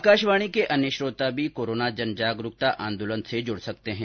आकाशवाणी के अन्य श्रोता भी कोरोना जनजागरुकता आंदोलन से जुड सकते हैं